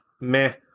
meh